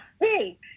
hey